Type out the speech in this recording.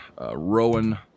Rowan